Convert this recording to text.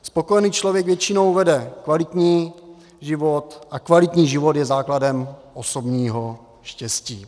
Spokojený člověk většinou vede kvalitní život a kvalitní život je základem osobního štěstí.